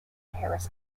harris